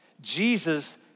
Jesus